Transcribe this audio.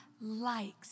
likes